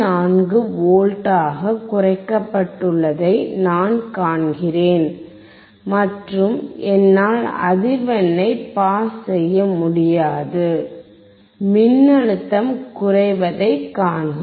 84 V ஆக குறைக்கப்பட்டுள்ளதை நான் காண்கிறேன் மற்றும் என்னால் அதிர்வெண்ணை பாஸ் செய்யமுடியாது மின்னழுத்தம் குறைவதைக் காண்க